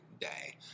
day